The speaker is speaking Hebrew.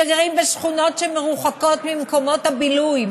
שגרים בשכונות שמרוחקות ממקומות הבילוי,